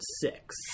six